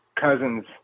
cousins